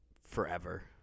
forever